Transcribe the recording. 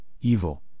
evil